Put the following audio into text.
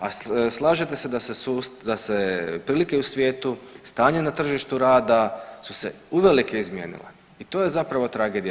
A slažete se da se prilike u svijetu, stanje na tržištu rada su se uvelike izmijenile i to je zapravo tragedija.